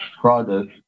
product